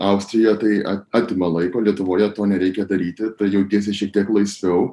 austrijoje tai atima laiko lietuvoje to nereikia daryti tai jautiesi šiek tiek laisviau